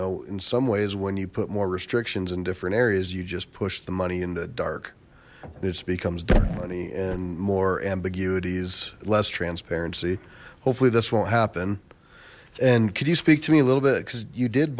know in some ways when you put more restrictions in different areas you just push the money in the dark and it's becomes dead money and more ambiguities less transparency hopefully this won't happen and could you speak to me a little bit because you did